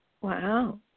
Wow